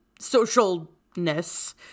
socialness